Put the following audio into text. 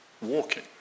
walking